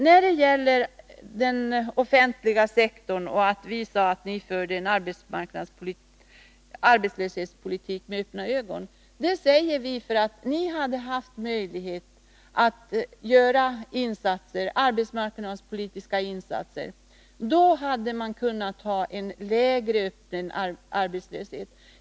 Vi säger att ni med öppna ögon förde en arbetslöshetspolitik. Det säger vi därför att ni hade haft möjlighet att göra arbetsmarknadspolitiska insatser. Då hade vi kunnat ha en lägre öppen arbetslöshet.